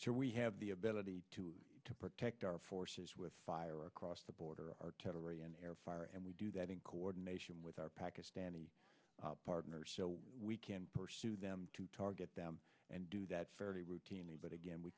so we have the ability to protect our forces with fire across the border artillery and air fire and we do that in coordination with our pakistani partners so we can pursue them to target them and do that fairly routinely but again we